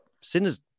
Sinner's